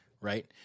right